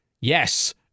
Yes